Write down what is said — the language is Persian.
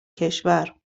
کشور